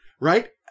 right